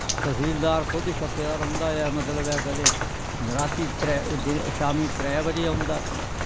तसीलदार खुद छप्पे दा रौंह्दा ऐ मतलव ऐ कदें शामी त्रै बज़े औंदा ऐ